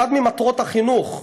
אחת ממטרות החינוך,